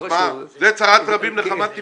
את זה אמרו צרת רבים, נחמת טיפשים.